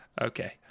Okay